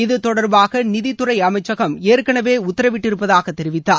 இது தொடர்பாக நிதித்துறை அமைச்சகம் ஏற்கனவே உத்தரவிட்டிருப்பதாக தெரிவித்தார்